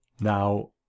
now